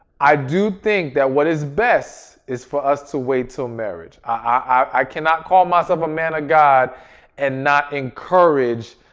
i do think that what is best is for us to wait till marriage. i cannot call myself a man of god and not encourage